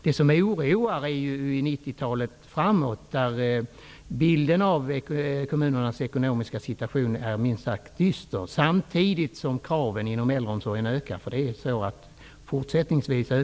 Det som oroar är hur det skall gå senare under 90 talet. Bilden av kommunernas ekonomiska situation är minst sagt dyster samtidigt som kraven ökar inom äldreomsorgen. Andel äldre äldre ökar ju också fortsättningsvis.